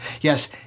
Yes